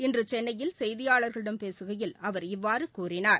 இன்று சென்னையில் செய்தியாளர்களிடம் பேசுகையில் அவர் இவ்வாறு கூறினார்